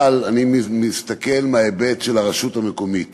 אבל אני מסתכל מההיבט של הרשות המקומית